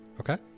Okay